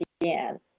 again